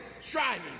striving